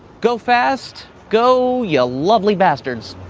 go fast go your lovely bastard's